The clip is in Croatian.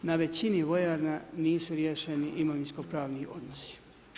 Na većini vojarna nisu riješeni imovinski pravni odnosi.